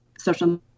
Social